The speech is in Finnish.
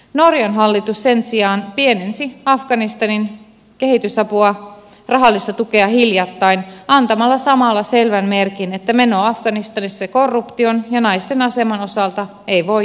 norjan hallitus sen sijaan pienensi afganistanin kehitysapua rahallista tukea hiljattain antamalla samalla selvän merkin että meno afganistanissa korruption ja naisten aseman osalta ei voi jatkua